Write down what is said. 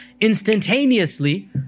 Instantaneously